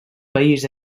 país